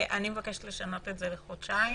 אני מבקשת לשנות את זה לחודשיים.